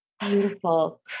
beautiful